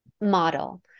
model